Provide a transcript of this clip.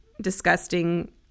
disgusting